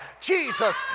Jesus